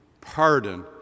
pardon